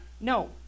No